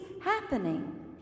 happening